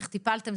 איך טיפלתם,